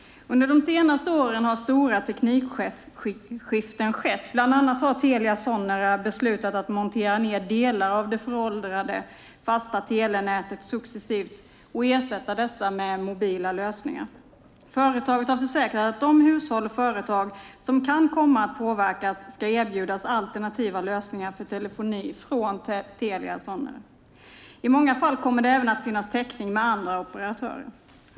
Under de senaste åren har stora teknikskiften skett. Bland annat har Telia Sonera beslutat att montera ner delar av det föråldrade fasta telenätet successivt och ersätta detta med mobila lösningar. Företaget har försäkrat att de hushåll och företag som kan komma att påverkas ska erbjudas alternativa lösningar för telefoni från Telia Sonera. I många fall kommer det även att finnas täckning med andra operatörer.